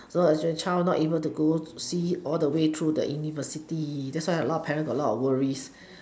so as your child not able to go see all the way through the university that's why a lot of parent got a lot of worries